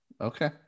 Okay